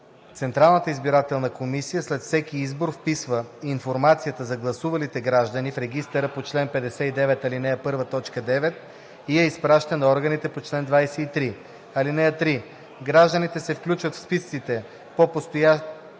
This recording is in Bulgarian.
Централната избирателна комисия след всеки избор вписва информацията за гласувалите граждани в регистъра по чл. 59, ал. 1, т. 9 и я изпраща на органите по чл. 23. (3) Гражданите се включват в списъците по постоянния